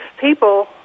people